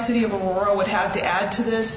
city of aurora would have to add to this